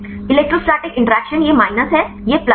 electrostatic interaction यह minus है यह प्लस है